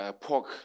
pork